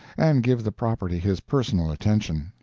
and give the property his personal attention.